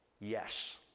yes